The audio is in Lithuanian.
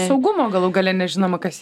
saugumo galų gale nežinoma kas